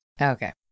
Okay